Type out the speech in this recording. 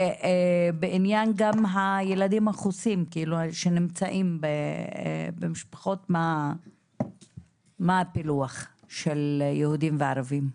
וגם בעניין הילדים החוסים שנמצאים במשפחות מה הפילוח של יהודים וערבים?